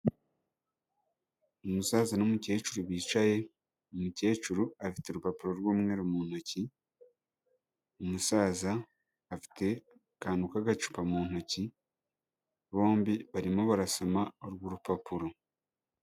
Umusaza n'umukecuru bicaye, umukecuru afite urupapuro rw'umweru mu ntoki, umusaza afite akantu k'agacupa mu ntoki bombi barimo barasoma urwo rupapuro.